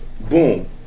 boom